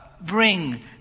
bring